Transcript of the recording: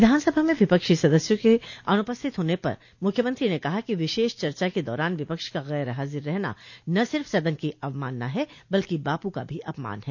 विधानसभा में विपक्षी सदस्यों के अनुपस्थित होने पर मुख्यमंत्री ने कहा विशेष चर्चा के दौरान विपक्ष का गैर हाजिर रहना न सिर्फ सदन की अवमानना है बल्कि बापू का भी अपमान है